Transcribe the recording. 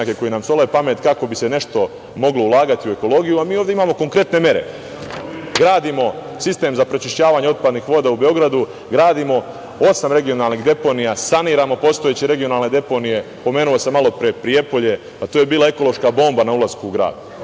koji nam sole pamet kako bi se moglo nešto ulagati u ekologiju, a mi ovde imamo konkretne mere. Gradimo sistem za prečišćavanje otpadnih voda u Beogradu, gradimo osam regionalnih deponija, saniramo postojeće regionalne deponije. Pomenuo sam malopre Prijepolje, to je bila ekološka bomba na ulasku u grad.